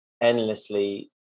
endlessly